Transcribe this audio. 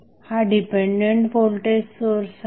हा dependent voltage source आहे